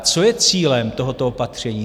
A co je cílem tohoto opatření?